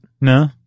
No